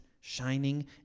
shining